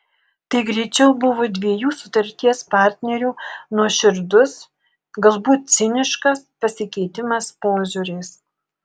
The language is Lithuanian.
tai greičiau buvo dviejų sutarties partnerių nuoširdus galbūt ciniškas pasikeitimas požiūriais